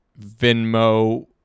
Venmo